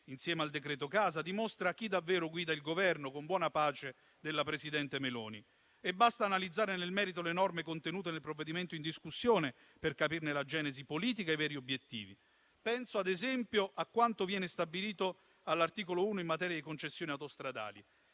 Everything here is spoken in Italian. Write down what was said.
insieme al decreto casa, dimostra chi davvero guida il Governo con buona pace della presidente Meloni. E basta analizzare nel merito le norme contenute nel provvedimento in discussione per capirne la genesi politica e i veri obiettivi. Penso, ad esempio, a quanto viene stabilito all'articolo 1 in materia di concessioni autostradali.